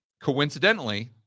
coincidentally